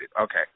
Okay